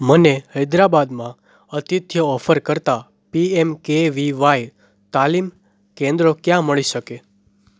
મને હૈદરાબાદમાં આતિથ્ય ઓફર કરતાં P M K V Y તાલીમ કેન્દ્રો ક્યાં મળી શકે